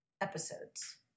episodes